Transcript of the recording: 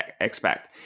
expect